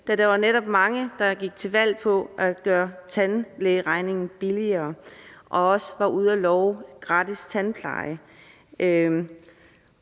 da der jo netop er mange, der gik til valg på gøre tandlægeregningen billigere og også var ude at love gratis tandpleje.